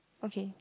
okay